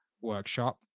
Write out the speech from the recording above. workshop